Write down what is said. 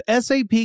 SAP